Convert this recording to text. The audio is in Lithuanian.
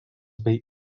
bei